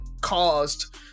caused